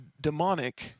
demonic